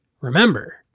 remember